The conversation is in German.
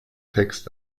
text